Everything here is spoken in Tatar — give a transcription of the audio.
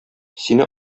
сине